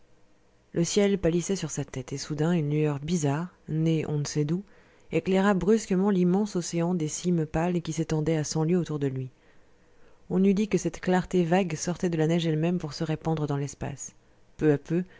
le ciel pâlissait sur sa tête et soudain une lueur bizarre née on ne sait d'où éclaira brusquement l'immense océan des cimes pâles qui s'étendaient à cent lieues autour de lui on eût dit que cette clarté vague sortait de la neige elle-même pour se répandre dans l'espace peu à peu